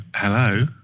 Hello